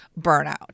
burnout